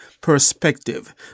perspective